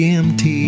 empty